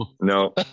no